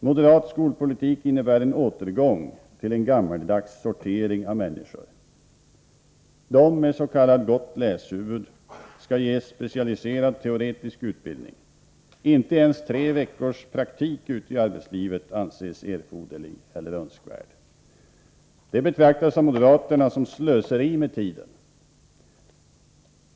Moderat skolpolitik innebär en återgång till en gammaldags sortering av människor. De med s.k. gott läshuvud skall ges specialiserad teoretisk utbildning. Inte ens tre veckors praktik ute i arbetslivet anses erforderlig eller önskvärd — det betraktas av moderaterna som slöseri med tiden.